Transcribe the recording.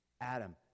Adam